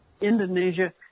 Indonesia